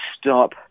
stop